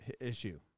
issue